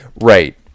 Right